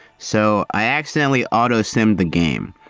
so, i accidentally auto-sim the game.